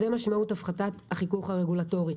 זה משמעות הפחתת החיכוך הרגולטורי.